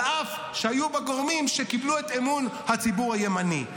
על אף שהיו בה גורמים שקיבלו את אמון הציבור הימני.